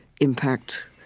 impact